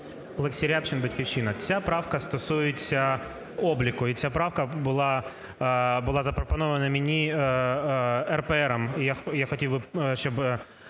Олексій Рябчин, "Батьківщина". Ця правка стосується обліку, і ця правка була запропонована мені РПРом. І я хотів би,